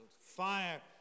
Fire